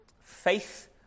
Faith